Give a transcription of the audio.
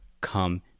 come